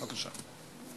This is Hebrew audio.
בבקשה.